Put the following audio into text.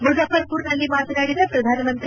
ಮುಜಾಫರ್ಪುರ್ನಲ್ಲಿ ಮಾತನಾಡಿದ ಪ್ರಧಾನಮಂತ್ರಿ